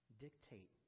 dictate